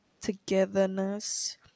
togetherness